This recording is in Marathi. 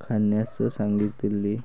खाण्यास सांगितले